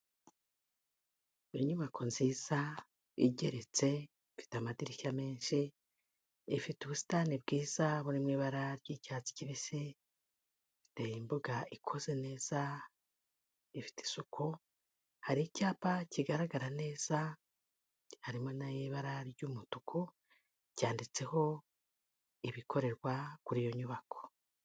Inyubako nziza igeretse, ifite amadirishya menshi, ifite ubusitani bwiza burimo ibara ry'icyatsi kibisi, ifite imbuga ikoze neza, ifite isuku, hari icyapa kigaragara neza, harimo n'ibara ry'umutuku, cyanditseho ibikorerwa kuri iyo nyubako.